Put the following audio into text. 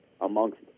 amongst